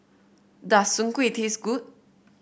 does Soon Kway taste good